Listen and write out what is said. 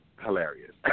hilarious